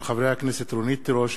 הצעתם של חברי הכנסת רונית תירוש,